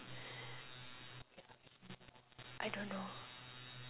I don't know